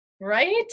Right